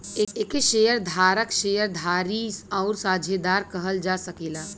एके शेअर धारक, शेअर धारी आउर साझेदार कहल जा सकेला